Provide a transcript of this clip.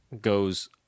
goes